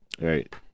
Right